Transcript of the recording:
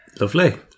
Lovely